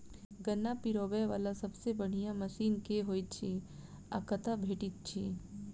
गन्ना पिरोबै वला सबसँ बढ़िया मशीन केँ होइत अछि आ कतह भेटति अछि?